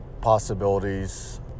possibilities